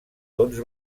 tons